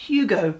Hugo